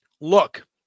Look